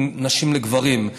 בין נשים לגברים.